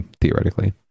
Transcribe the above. theoretically